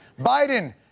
Biden